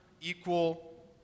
equal